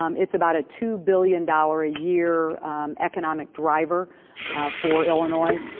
um it's about a two billion dollar a year economic driver for illinois.